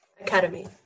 Academy